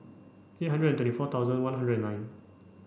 eight hundred and twenty four thousand one hundred and nine